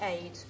aid